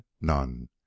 none